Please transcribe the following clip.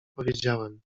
powiedziałem